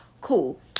Cool